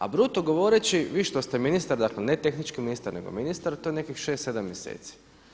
A bruto govoreći vi što ste ministar, dakle ne tehnički ministar, nego ministar to je nekih šest, sedam mjeseci.